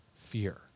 fear